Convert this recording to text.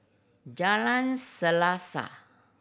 Jalan Selaseh